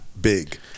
big